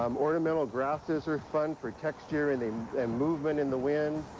um ornamental grasses are fun for texture and the movement in the wind.